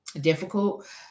difficult